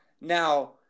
Now